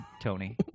Tony